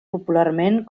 popularment